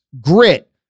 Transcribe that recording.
grit